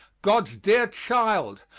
god's dear child,